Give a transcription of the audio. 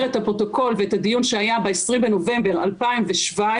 את הפרוטוקול ואת הדיון שהיה ב-20 בנובמבר 2017,